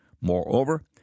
Moreover